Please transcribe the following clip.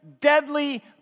deadly